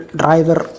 driver